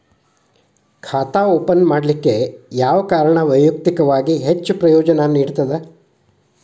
ಖಾತಾ ಓಪನ್ ಮಾಡಲಿಕ್ಕೆ ಯಾವ ಕಾರಣ ವೈಯಕ್ತಿಕವಾಗಿ ಹೆಚ್ಚು ಪ್ರಯೋಜನ ನೇಡತದ?